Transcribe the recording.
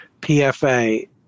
PFA